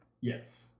Yes